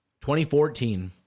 2014